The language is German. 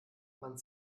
man